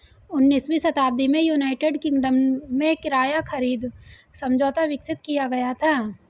उन्नीसवीं शताब्दी में यूनाइटेड किंगडम में किराया खरीद समझौता विकसित किया गया था